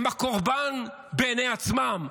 הם הקורבן בעיני עצמם,